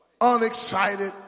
unexcited